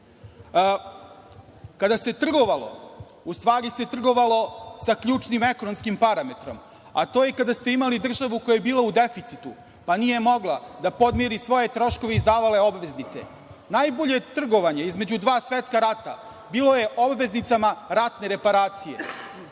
Kada se trgovalo, u stvari se trgovalo sa ključnim ekonomskim parametrom, a to je kada ste imali državu koja je bila u deficitu, pa nije mogla da podmiri svoje troškove i izdavala je obveznice. Najbolje trgovanje između dva svetska rata bilo je obveznicama ratne reparacije,